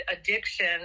addiction